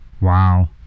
Wow